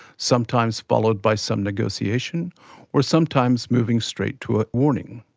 sometimes followed by some negotiation or sometimes moving straight to a warning.